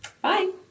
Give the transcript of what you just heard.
bye